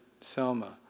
Selma